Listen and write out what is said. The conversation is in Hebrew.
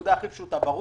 מהנקודה הפשוטה ביותר.